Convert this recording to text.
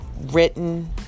written